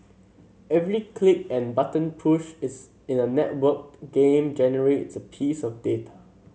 every click and button push is in a networked game generates a piece of data